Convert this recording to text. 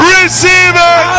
receiver